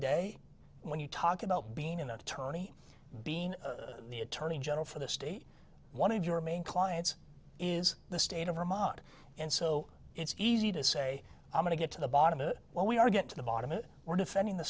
day when you talk about being an attorney being the attorney general for the state one of your main clients is the state of vermont and so it's easy to say i'm going to get to the bottom of it well we are get to the bottom of it we're defending the